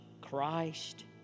Christ